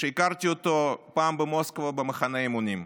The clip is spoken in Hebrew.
שהכרתי פעם במוסקבה במחנה אימונים.